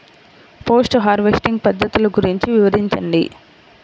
Post harvesting పద్ధతులు గురించి వివరించండి?